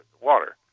water